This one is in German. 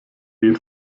den